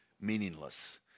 meaningless